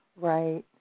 Right